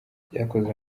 byakozwe